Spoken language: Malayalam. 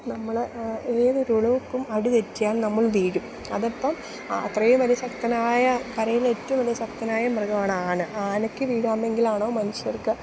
നമ്മൾ ഏതൊരൊളുകൾക്കും അടി തെറ്റിയാൽ നമ്മൾ വീഴും അതപ്പം അത്രയും വലിയ ശക്തനായ കരയിൽ ഏറ്റവും വലിയ ശക്തനായ മൃഗമാണ് ആന ആനയ്ക്ക് വീഴാമെങ്കിലാണോ മനുഷ്യർക്ക്